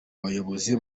bayobozi